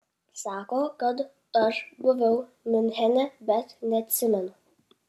sako kad aš buvau miunchene bet neatsimenu